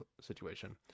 situation